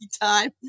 time